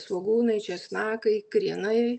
svogūnai česnakai krienai